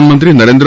પ્રધાનમંત્રી નરેન્